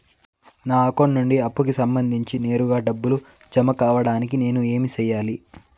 నా అకౌంట్ నుండి అప్పుకి సంబంధించి నేరుగా డబ్బులు జామ కావడానికి నేను ఏమి సెయ్యాలి?